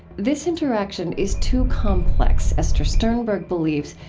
this interaction is too complex, esther sternberg believes,